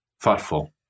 thoughtful